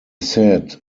said